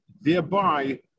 Thereby